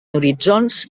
horitzons